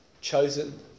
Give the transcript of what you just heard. chosen